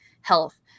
health